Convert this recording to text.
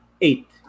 eight